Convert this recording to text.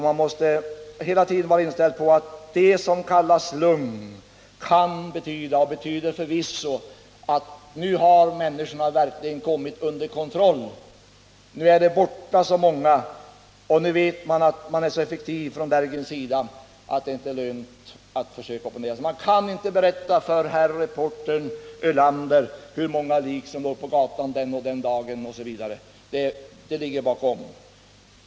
Man måste hela tiden vara inställd på att det som kallas lugn kan betyda och förvisso betyder att människorna verkligen kommit under kontroll och att dergen utövar den med sådan effektivitet att det inte är lönt att försöka opponera sig. Man kan inte för herr reportern Ölander tala om, hur många lik som låg på gatan den och den dagen osv. Detta ligger bakom.